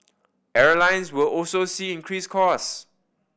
airlines will also see increased cost